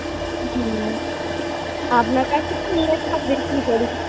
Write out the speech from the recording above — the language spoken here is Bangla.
হুম আপনার কাছে কি